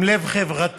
עם לב חברתי